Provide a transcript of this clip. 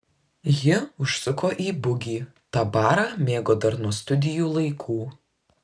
ji užsuko į bugį tą barą mėgo dar nuo studijų laikų